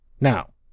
Now